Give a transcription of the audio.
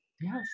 Yes